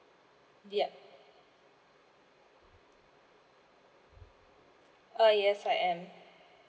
yup uh yes I am